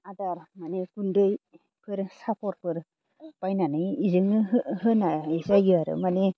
आदार माने गुन्दैफोर साफरफोर बायनानै इजोंनो होनाय जायो आरो माने